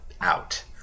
out